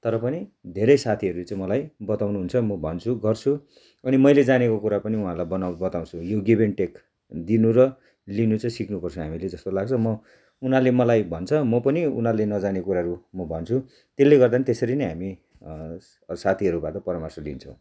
तर पनि धेरै साथीहरूले चाहिँ मलाई बताउनु हुन्छ म भन्छु गर्छु अनि मैले जानेको कुरा पनि उहाँहरूलाई बनाउ बताउँछु यु गिभ एन्ड टेक दिनु र लिनु चाहिँ सिक्नुपर्छ हामीले जस्तो लाग्छ म उनीहरूले मलाई भन्छ म पनि उनीहरूले नजानेको कुराहरू म भन्छु त्यसले गर्दा पनि त्यसरी नै हामी साथीहरूबाट परामर्श लिन्छौँ